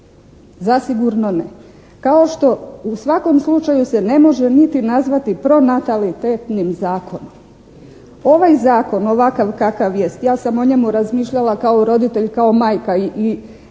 Zasigurno ne. Kao što u svakom slučaju se ne može niti nazvati pronatalitetnim zakonom. Ovaj Zakon ovakav kakav jest, ja sam o njemu razmišljala kao roditelj i kao majka i